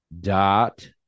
dot